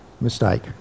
mistake